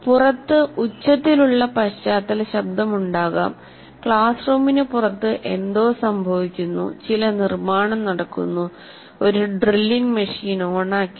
പുറത്തു ഉച്ചത്തിലുള്ള പശ്ചാത്തല ശബ്ദമുണ്ടാകാം ക്ലാസ് റൂമിന് പുറത്ത് എന്തോ സംഭവിക്കുന്നു ചില നിർമ്മാണം നടക്കുന്നു ഒരു ഡ്രില്ലിംഗ് മെഷീൻ ഓണാക്കി